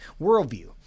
worldview